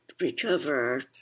recover